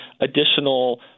additional